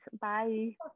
bye